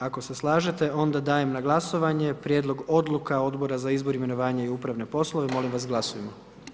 Ako se slažete onda dajem na glasovanje Prijedlog odluka Odbora za izbor, imenovanje i upravne poslove, molim vas glasujmo.